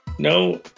No